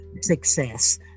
success